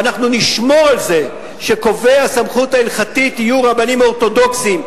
ואנחנו נשמור על זה שקובעי הסמכות ההלכתית יהיו רבנים אורתודוקסים,